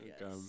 Yes